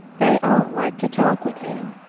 they all liked to talk with him.